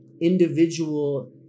individual